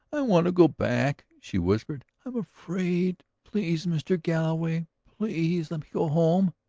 i want to go back! she whispered. i am afraid! please, mr. galloway, please let me go home.